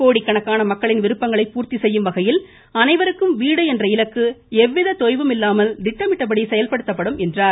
கோடிக்கணக்கான மக்களின் விருப்பங்களை பூர்த்தி செய்யும் வகையில் அனைவருக்கும் வீடு என்ற இலக்கு எவ்வித தொய்வும் இல்லாமல் திட்டமிட்டபடி செயல்படுத்தப்படும் என்றார்